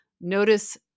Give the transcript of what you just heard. notice